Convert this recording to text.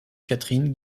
catherine